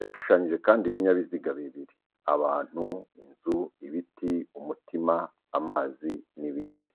Yashushanyije kandi ibinyabiziga bibiri, abantu, inzu, ibiti, umutima, amazi n'ibindi.